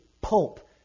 pulp